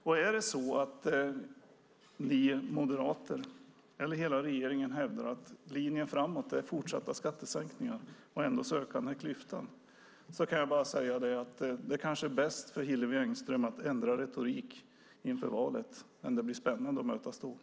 Och är det så att ni moderater eller hela regeringen hävdar att linjen framåt är fortsatta skattesänkningar, och så ökar ändå den här klyftan, då kan jag bara säga att det kanske är bäst för Hillevi Engström att ändra retorik inför valet. Det blir spännande att mötas då.